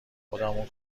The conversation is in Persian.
خودمون